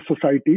society